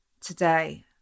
today